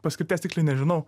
paskirties tiksliai nežinau